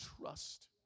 trust